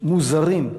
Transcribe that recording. מוזרים,